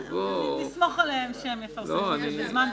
נסמוך עליהם שהם יפרסמו בזמן סביר.